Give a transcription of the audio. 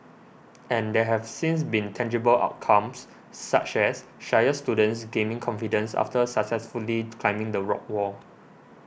and there have since been tangible outcomes such as shyer students gaining confidence after successfully climbing the rock wall